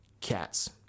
cats